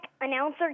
announcer